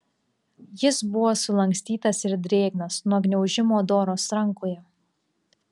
jis buvo sulankstytas ir drėgnas nuo gniaužimo doros rankoje